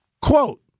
quote